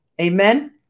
Amen